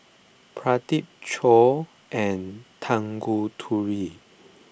Pradip Choor and Tanguturi